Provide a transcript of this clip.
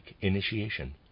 initiation